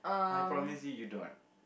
I promise you you don't